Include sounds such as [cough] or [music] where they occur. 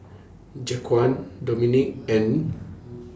Jaquan Dominque and [noise]